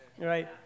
right